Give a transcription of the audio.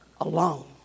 alone